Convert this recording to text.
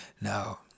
Now